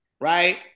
right